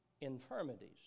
infirmities